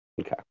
Okay